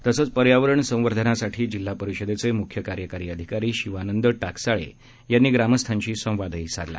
तसंच पर्यावरण संवर्धनासाठी जिल्हा परिषदेचे म्ख्य कार्यकारी अधिकारी शिवानंद टाकसाळे यांनी ग्रामस्थांशी संवादही साधला